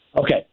Okay